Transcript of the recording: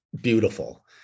beautiful